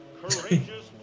courageous